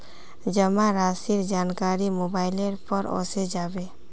जमा राशिर जानकारी मोबाइलेर पर ओसे जाबे